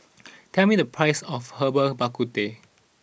tell me the price of Herbal Bak Ku Teh